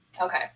Okay